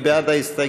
מי בעד ההסתייגות?